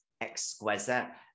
exquisite